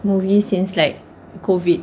movie since like COVID